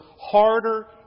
harder